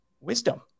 wisdom